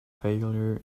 failure